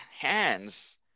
hands